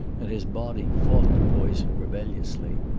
and his body fought the poison rebelliously.